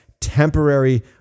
temporary